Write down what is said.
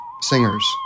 singers